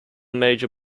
major